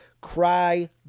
cry